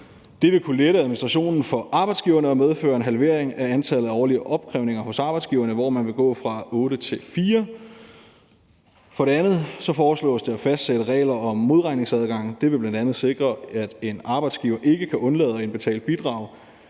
Det vil kunne lette administrationen for arbejdsgiverne og medføre en halvering af antallet af årlige opkrævninger hos arbejdsgiverne, hvor man vil gå fra otte til fire. Dernæst foreslås det at fastsætte regler om modregningsadgange. Det vil bl.a. sikre, at en arbejdsgiver ikke kan undlade at indbetale bidrag